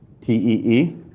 TEE